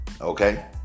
okay